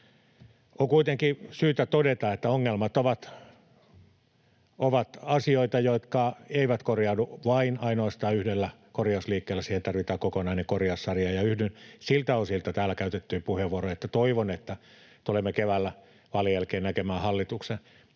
On kuitenkin syytä todeta, että ongelmat ovat asioita, jotka eivät korjaudu ainoastaan yhdellä korjausliikkeellä, siihen tarvitaan kokonainen korjaussarja. Yhdyn siltä osilta täällä käytettyihin puheenvuoroihin, että toivon, että tulemme keväällä vaalien jälkeen näkemään hallituksen, jolla